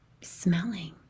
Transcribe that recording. smelling